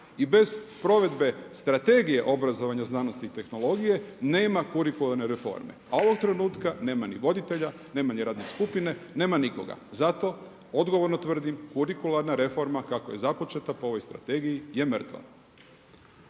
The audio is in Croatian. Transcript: i bez Strategije obrazovanja, znanosti i tehnologije nema kurikularne reforme. A ovog trenutka nema ni voditelja, nema ni radne skupine, nema nikoga. I zato odgovorno tvrdim kurikularna reforma kako je započeta po ovoj strategiji je mrtva.